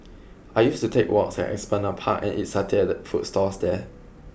I used to take walks at Esplanade Park and eat satay at the food stalls there